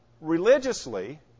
Religiously